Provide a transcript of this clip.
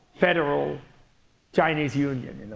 federal chinese union,